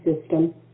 system